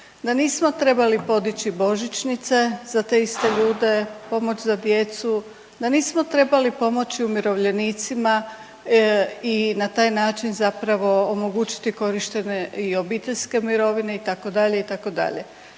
da nismo trebali podići božićnice za te iste ljude, pomoć za djecu, da nismo trebali pomoći umirovljenicima i na taj način zapravo omogućiti korištenje i obiteljske mirovine itd., itd.